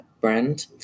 brand